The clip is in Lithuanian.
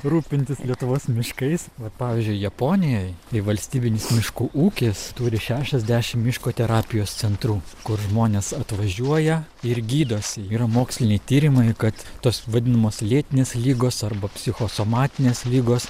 rūpintis lietuvos miškais vat pavyzdžiui japonijoj jei valstybinis miškų ūkis turi šešiasdešim miško terapijos centrų kur žmonės atvažiuoja ir gydosi yra moksliniai tyrimai kad tos vadinamos lėtinės ligos arba psichosomatinės ligos